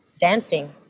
dancing